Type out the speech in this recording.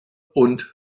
und